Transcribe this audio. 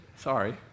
Sorry